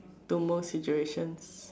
to most situations